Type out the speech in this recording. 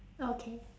okay